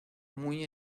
muy